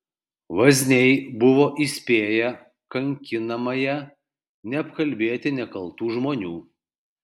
vazniai buvo įspėję kankinamąją neapkalbėti nekaltų žmonių